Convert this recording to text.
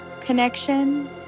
connection